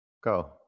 Go